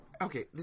Okay